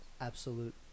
Absolute